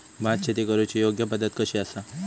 भात शेती करुची योग्य पद्धत कशी आसा?